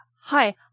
Hi